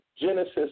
genesis